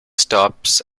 stops